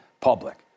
public